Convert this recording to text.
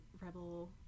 Rebel